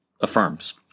affirms